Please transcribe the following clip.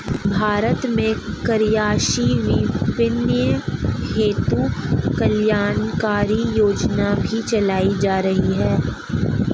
भारत में कृषि विपणन हेतु कल्याणकारी योजनाएं भी चलाई जा रही हैं